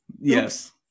Yes